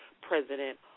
President